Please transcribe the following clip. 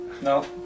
No